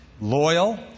loyal